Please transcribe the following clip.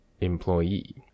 Employee